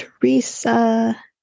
Teresa